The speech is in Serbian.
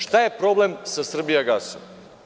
Šta je problem sa „Srbijagasom“